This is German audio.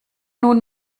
nun